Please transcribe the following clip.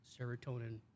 serotonin